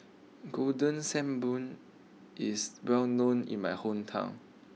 Golden Sand Bun is well known in my hometown